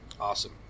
awesome